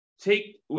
take